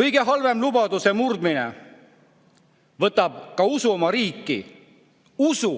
Kõige halvem: lubaduse murdmine võtab ka usu oma riiki, usu,